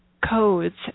codes